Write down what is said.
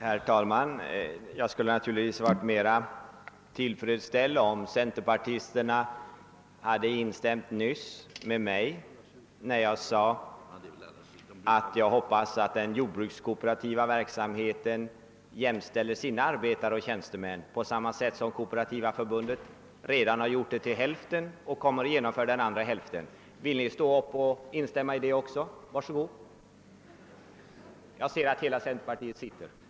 Herr talman! Jag skulle naturligtvis vara mera tillfredsställd om centerparlisterna nyss hade instämt med mig när jag sade att jag hoppades att den jordbrukskooperativa verksamheten jämställer sina arbetare och tjänstemän på samma sätt som Kooperativa förbundet redan gjort till hälften och senare kommer att genomföra till den andra hälf ten. Vill ni stå upp och instämma i denna förhoppning också, var så god! Jag ser att alla centerpartiets representånter sitter.